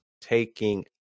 taking